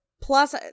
Plus